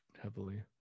heavily